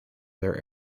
their